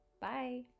Bye